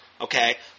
okay